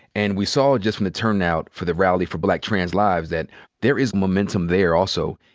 and we saw just from the turnout for the rally for black trans lives that there is momentum there also.